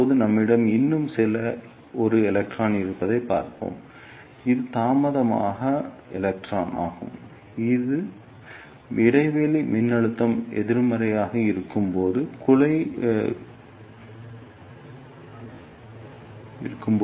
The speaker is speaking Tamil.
இப்போது நம்மிடம் இன்னும் ஒரு எலக்ட்ரான் இருப்பதைப் பார்ப்போம் இது தாமதமாக எலக்ட்ரான் ஆகும் இது இடைவெளி மின்னழுத்தம் எதிர்மறையாக இருக்கும்போது குழி இடைவெளியை அடைகிறது